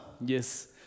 Yes